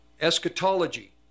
Eschatology